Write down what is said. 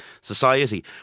society